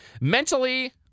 Mentally